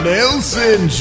Nelson